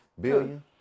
billion